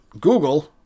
Google